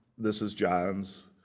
this is johns.